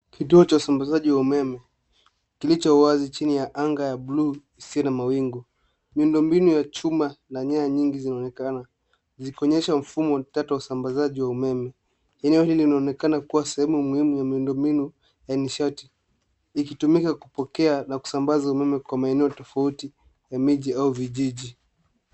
Kituo cha usambazaji wa umeme kilicho wazi chini ya anga ya bluu isiyo na mawingu. Miundombinu ya chuma na nyaya nyingi zinaonekana zikionyesha mfumo wa kituo wa usambazaji wa umeme. Eneo hili linaonekana kuwa sehemu muhimu ya miundombinu ya nishati ikitumika kupokea na kusambaza umeme kwa maeneo tofauti ya miji au vijiji.